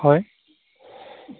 হয়